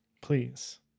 please